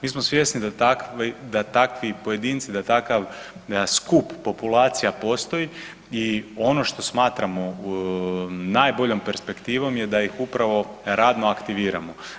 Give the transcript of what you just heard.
Mi smo svjesni da takvi pojedinci, da takav skup populacija postoji i ono što smatramo najboljom perspektivom je da ih upravo radno aktiviramo.